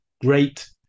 great